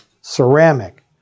ceramic